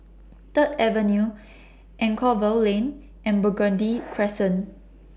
Third Avenue Anchorvale Lane and Burgundy Crescent